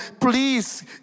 please